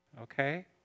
Okay